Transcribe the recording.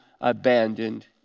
abandoned